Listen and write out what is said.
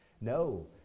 No